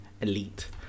elite